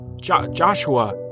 Joshua